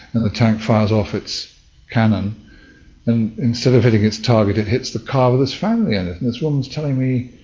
and the tank fires off its canon and instead of hitting its target it hits the car with this family in and it. and this woman is telling me,